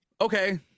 okay